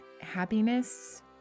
happiness